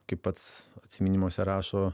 kaip pats atsiminimuose rašo